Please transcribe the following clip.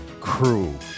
crew